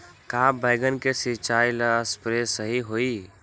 का बैगन के सिचाई ला सप्रे सही होई?